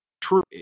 True